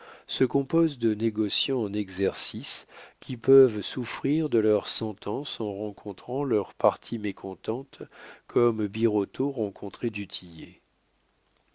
se compose de négociants en exercice qui peuvent souffrir de leurs sentences en rencontrant leurs parties mécontentes comme birotteau rencontrait